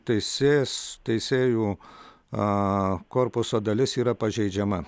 teisės teisėjų aa korpuso dalis yra pažeidžiama